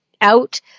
out